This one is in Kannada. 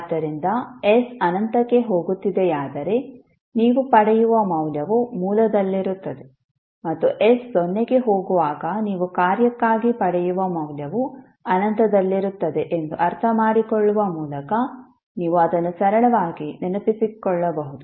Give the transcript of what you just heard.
ಆದ್ದರಿಂದ s ಅನಂತಕ್ಕೆ ಹೋಗುತ್ತಿದೆಯಾದರೆ ನೀವು ಪಡೆಯುವ ಮೌಲ್ಯವು ಮೂಲದಲ್ಲಿರುತ್ತದೆ ಮತ್ತು s ಸೊನ್ನೆಗೆ ಹೋಗುವಾಗ ನೀವು ಕಾರ್ಯಕ್ಕಾಗಿ ಪಡೆಯುವ ಮೌಲ್ಯವು ಅನಂತದಲ್ಲಿರುತ್ತದೆ ಎಂದು ಅರ್ಥಮಾಡಿಕೊಳ್ಳುವ ಮೂಲಕ ನೀವು ಅದನ್ನು ಸರಳವಾಗಿ ನೆನಪಿಸಿಕೊಳ್ಳಬಹುದು